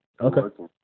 Okay